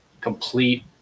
complete